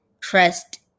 Trust